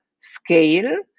scale